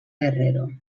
guerrero